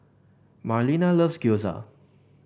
Marlena loves Gyoza